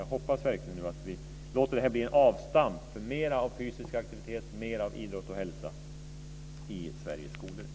Jag hoppas verkligen att vi låter detta bli en avstamp för mera av fysisk aktivitet, mera av idrott och hälsa i Sveriges skolor. Tack!